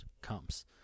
comes